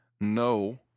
No